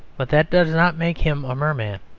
but that does not make him a merman.